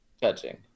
Judging